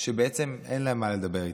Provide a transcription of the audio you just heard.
שבעצם אין להם מה לדבר איתם.